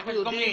אנחנו יודעים